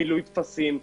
מילוי טפסים,